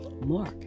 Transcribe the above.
Mark